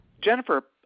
Jennifer